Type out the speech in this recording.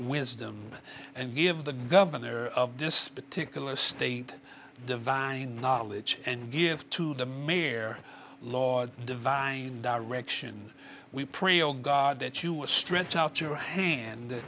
wisdom and give the governor of this particular state divine knowledge and give to the mere law divine direction we pray oh god that you a stretch out your hand